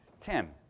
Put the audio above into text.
Tim